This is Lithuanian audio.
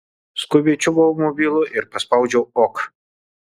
skubiai čiupau mobilų ir paspaudžiau ok